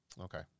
Okay